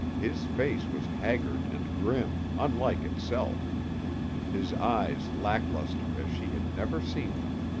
his face was haggard and grim, unlike itself his eyes lack-luster as she had never seen them.